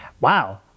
wow